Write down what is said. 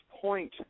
point